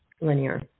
linear